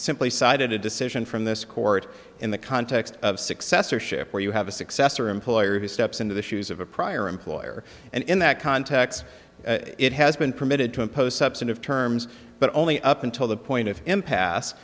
simply cited a decision from this court in the context of successorship where you have a successor employer who steps into the shoes of a prior employer and in that context it has been permitted to impose substantive terms but only up until the point of